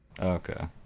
Okay